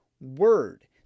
word